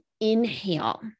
inhale